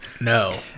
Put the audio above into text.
No